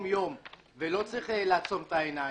ולא צריך לעצום את העיניים.